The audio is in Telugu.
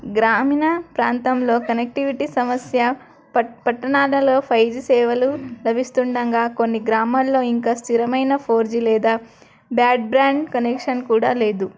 గ్రామీణ ప్రాంతంలో కనెక్టివిటీ సమస్య పట్టణాాలలో ఫైవ్ జి సేవలు లభిస్తుండగా కొన్ని గ్రామాల్లో ఇంకా స్థిరమైన ఫోర్ జి లేదా బ్రాడ్ బాండ్ కనెక్షన్ కూడా లేదు